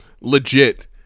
legit